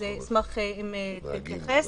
אז אשמח אם תתייחס.